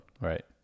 Right